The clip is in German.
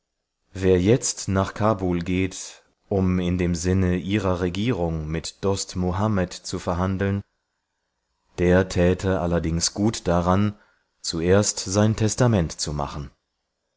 wer jetzt nach kabul geht um in dem sinne ihrer regierung mit dost muhammad zu verhandeln der täte allerdings gut daran zuerst sein testament zu machen